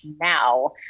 now